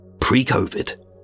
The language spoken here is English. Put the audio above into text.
pre-Covid